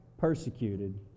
persecuted